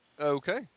Okay